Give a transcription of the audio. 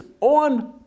on